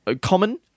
common